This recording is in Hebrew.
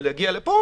להגיע לפה